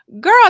girl